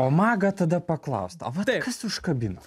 o maga tada paklaust o vat kas užkabino